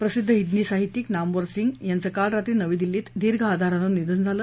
प्रसिद्ध हिंदी साहित्यीक नामवर सिंग यांचं काल रात्री नवी दिल्ली दीर्घ आजारानं ध्वे निधन झालं